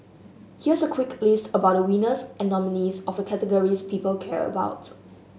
here's quick list about the winners and nominees of the categories people care about